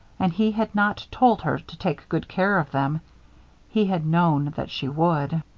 and he had not told her to take good care of them he had known that she would.